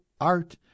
art